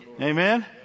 Amen